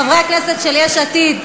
חברי כנסת של יש עתיד,